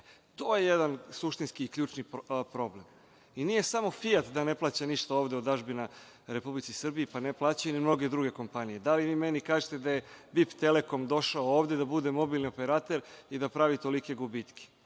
je jedan suštinski i ključni problem. Nije samo „Fijat“ da ne plaća ništa od dažbina Republici Srbiji, pa ne plaćaju ni mnoge druge kompanije. Da li vi meni kažete da je „Vip telekom“ došao ovde da bude mobilni operater i da pravi tolike gubitke.